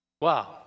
Wow